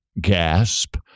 gasp